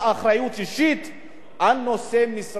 על נושא משרה בתאגיד.